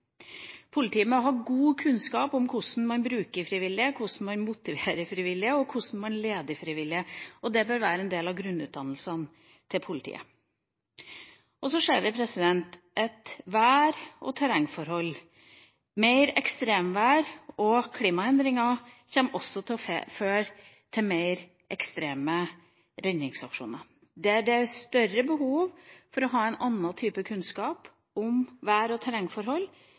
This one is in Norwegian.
Politiet må ha god kunnskap om hvordan man bruker frivillige, hvordan man motiverer frivillige, og hvordan man leder frivillige, og det bør være en del av grunnutdannelsen til politiet. Vi ser også at vær og terrengforhold, mer ekstremvær og klimaendringer, kommer til å føre til mer ekstreme redningsaksjoner der det er større behov for å ha en annen type kunnskap om vær og